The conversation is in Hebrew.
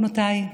בנותיי,